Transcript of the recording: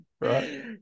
right